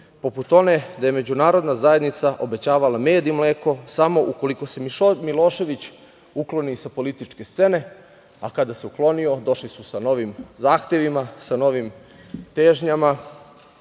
poput one da je međunarodna zajednica obećavala med i mleko samo ukoliko se Milošević ukloni sa političke scene, a kada se uklonio došli su sa novim zahtevima, sa novim težnjama,